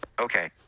Okay